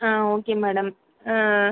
ah okay madam